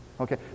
Okay